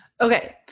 Okay